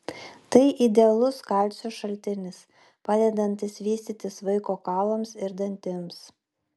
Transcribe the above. tai idealus kalcio šaltinis padedantis vystytis vaiko kaulams ir dantims